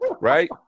right